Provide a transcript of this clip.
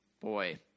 boy